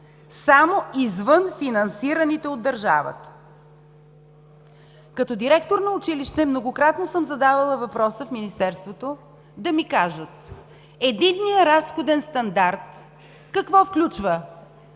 само извън финансираните от държавата“. Като директор на училище многократно съм задавала въпроса в Министерството да ми кажат: единният разходен стандарт какво включва?